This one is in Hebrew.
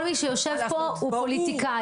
כל מי שיושב פה הוא פוליטיקאי.